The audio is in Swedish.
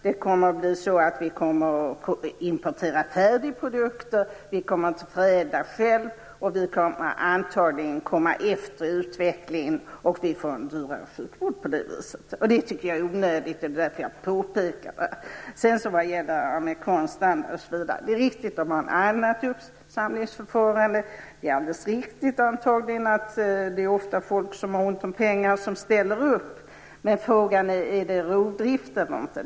Vi kommer att få importera färdiga produkter. Vi kommer inte att förädla själva. Vi kommer antagligen att komma efter i utvecklingen, och på det viset får vi en dyrare sjukvård. Det tycker jag är onödigt. Det är därför jag påpekar det. Sedan vill jag ta upp detta med amerikansk standard. Det är riktigt att man har ett annat uppsamlingsförfarande. Det är också antagligen alldeles riktigt att det ofta är folk som har ont om pengar som ställer upp. Men frågan är: Är det rovdrift eller inte?